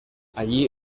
allí